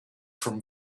from